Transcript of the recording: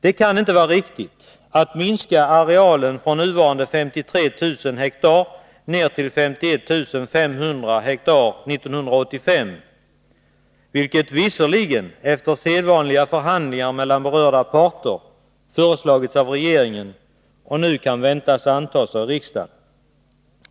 Det kan inte vara riktigt att minska arealen från nuvarande 53 000 hektar ner till 51 500 hektar 1985, vilket — visserligen efter sedvanliga förhandlingar mellan berörda parter — föreslagits av regeringen och som nu kan väntas antas av riksdagen.